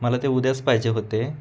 मला ते उद्याच पाहिजे होते